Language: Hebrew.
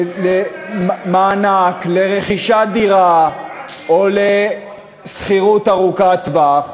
מענק לרכישת דירה או לשכירות ארוכת-טווח.